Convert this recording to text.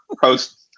post